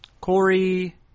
Corey